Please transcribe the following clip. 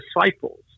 disciples